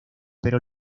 pero